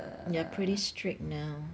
they're pretty strict now